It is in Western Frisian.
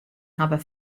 hawwe